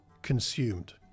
consumed